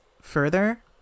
further